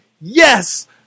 yes